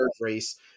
race